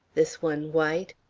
this one white,